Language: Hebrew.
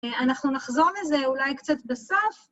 אנחנו נחזור לזה אולי קצת בסוף.